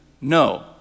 no